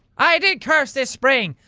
i did curse this spring,